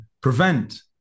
prevent